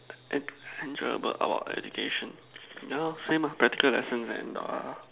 enjoyable about our education ya lor same ah practical lessons and err